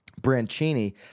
Brancini